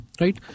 right